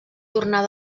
tornar